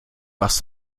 was